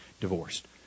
divorced